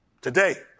today